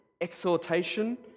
exhortation